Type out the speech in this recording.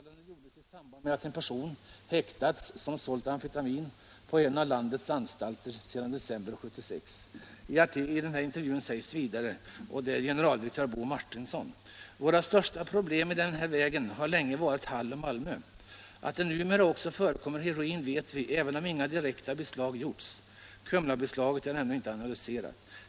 I artikeln sägs vidare, och då är det generaldirektör Bo Martinsson som för ordet: ”Våra största problem i den vägen har länge varit Hall och Malmö. Att det numera också förekommer heroin vet vi, även om inga direkta beslag gjorts. Kumlabeslaget är ännu inte analyserat.